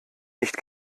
nicht